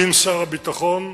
ושר הביטחון,